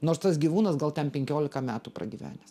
nors tas gyvūnas gal ten penkiolika metų pragyvenęs